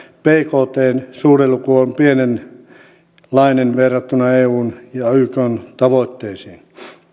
bktn suhdeluku on pienenlainen verrattuna eun ja ykn tavoitteisiin